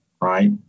right